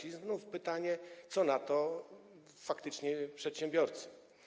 I znów pytanie, co na to faktycznie przedsiębiorcy.